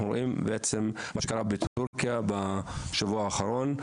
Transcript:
אנחנו רואים מה שקרה בטורקיה בשבוע האחרון,